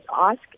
ask